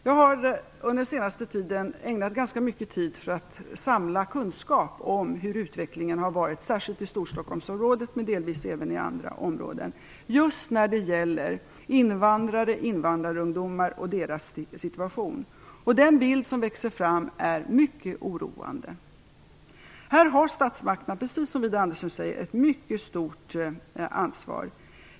Jag har under den senaste tiden ägnat ganska mycket tid åt att samla kunskap om hur utvecklingen har varit, särskilt i Storstockholmsområdet men delvis även i andra områden, just när det gäller invandrares och invandrarungdomars situation. Den bild som växer fram är mycket oroande. Här har statsmakterna, precis som Widar Andersson säger, ett mycket stort ansvar.